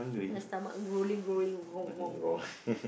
my stomach growling growling